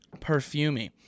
Perfumey